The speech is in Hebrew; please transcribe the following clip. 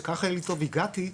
שככה יהיה לי טוב, הגעתי,